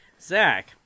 Zach